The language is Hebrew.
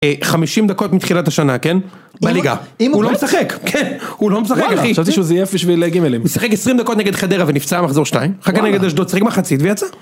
חמישים דקות מתחילת השנה, כן? בליגה, הוא לא משחק, כן הוא לא משחק, אחי חשבתי שהוא זייף בשביל גימילים הוא שיחק עשרים דקות נגד חדרה ונפצע מחזור שתיים אחר כך נגד אשדוד שיחק מחצית ויצא